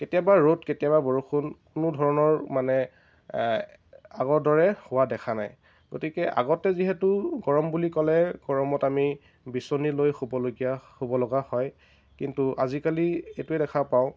কেতিয়াবা ৰ'দ কেতিয়াবা বৰষুণ কোনো ধৰণৰ মানে আগৰ দৰে হোৱা দেখা নাই গতিকে আগতে যিহেতু গৰম বুলি ক'লে গৰমত আমি বিচনী লৈ শুবলগীয়া শুবলগা হয় কিন্তু আজিকালি এইটো দেখা পাওঁ